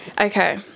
Okay